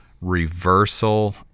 reversal